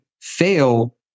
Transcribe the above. fail